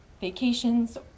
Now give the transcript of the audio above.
vacations